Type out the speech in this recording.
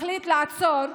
מחליט לעצור,